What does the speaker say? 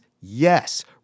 yes